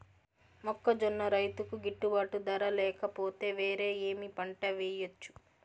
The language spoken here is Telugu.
మొక్కజొన్న రైతుకు గిట్టుబాటు ధర లేక పోతే, వేరే ఏమి పంట వెయ్యొచ్చు?